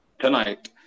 tonight